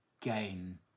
gain